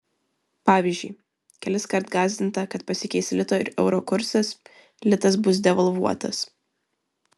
pavyzdžiui keliskart gąsdinta kad pasikeis lito ir euro kursas litas bus devalvuotas